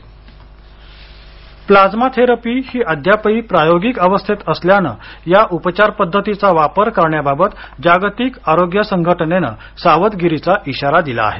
प्लाइमा therapy plasma therapy ही अद्यापही प्रायोगिक अवस्थेत असल्यानं या उपचार पद्धतीचा वापर करण्याबाबत जागतिक आरोग्य संघटनेनं सावधगिरीचा इशारा दिला आहे